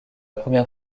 première